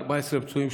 14 פצועים,